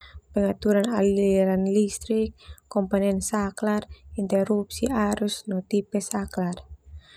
Pengaturan aliran listrik, komponen saklar, interupsi arus, no tipe saklar.